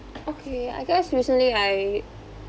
okay I guess recently I